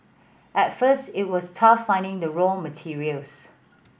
at first it was tough finding the raw materials